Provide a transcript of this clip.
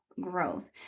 growth